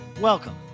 Welcome